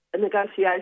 negotiation